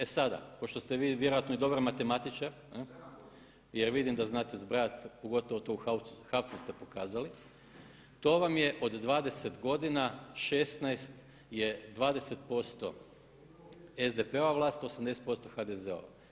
E sada pošto ste vi vjerojatno i dobar matematičar jer vidim da znate zbrajati pogotovo to u HAVC-u ste pokazali, to vam je od 20 godina 16 je 20% SDP-ova vlast, 80% HDZ-ova.